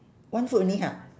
one foot only ha